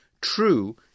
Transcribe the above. True